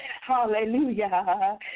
Hallelujah